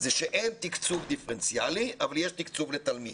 זה שאין תקצוב דיפרנציאלי אבל יש תקצוב לתלמיד.